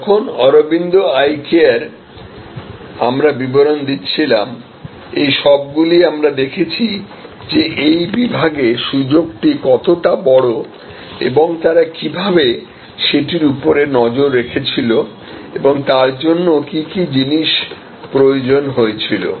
যখন Aravind eye care আমরা বিবরণ দিচ্ছিলামএই সবগুলি আমরা দেখেছি যে এই বিভাগে সুযোগটি কতটা বড় এবং তারা কীভাবে সেটির উপরে নজর রেখেছিল এবং তার জন্য কি কি জিনিস প্রয়োজন হয়েছিল